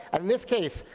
and in this case,